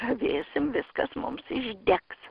ravėsim viskas mums išdegs